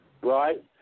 Right